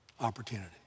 opportunity